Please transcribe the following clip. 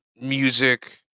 music